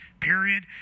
period